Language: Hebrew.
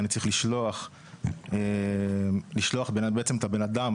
אני צריך לשלוח בעצם את הבן אדם,